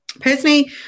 Personally